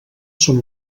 són